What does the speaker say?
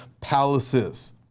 palaces